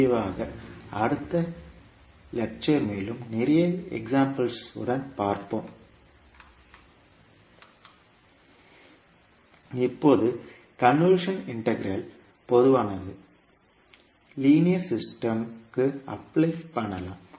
விரிவாக அடுத்த லெக்சர் மேலும் நிறைய எக்ஸாம்பிள்ஸ் உடன் பார்ப்போம் இப்போது கன்வொல்யூஷன் இன்டெக்ரல் பொதுவானது லீனியர் சிஸ்டம் க்கு அப்ளை பண்ணலாம்